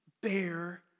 bear